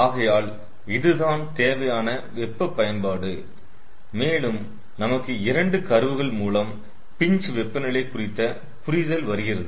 ஆகையால் இதுதான் தேவையான வெப்ப பயன்பாடு மேலும் நமக்கு 2 கர்வ்கள் மூலம் பின்ச் வெப்பநிலை குறித்த புரிதல் வருகிறது